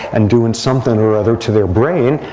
and doing something or other to their brain.